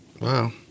Wow